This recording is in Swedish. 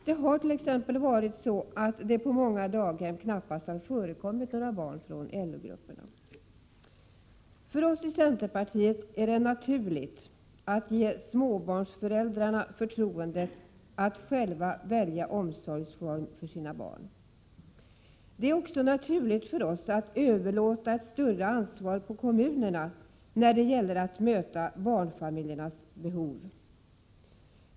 Det har t.ex. varit så, att det på många daghem knappast har förekommit några barn till föräldrar i LO-grupperna. För oss i centerpartiet är det naturligt att ge småbarnsföräldrarna förtroendet att själva välja omsorgsform för sina barn. Det är också naturligt för oss att överlåta ett större ansvar på kommunerna när det gäller att möta barnfamiljernas behov.